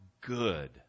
good